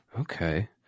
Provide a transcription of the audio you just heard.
Okay